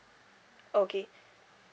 okay